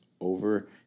over